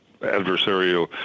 adversarial